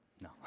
No